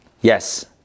yes